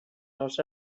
els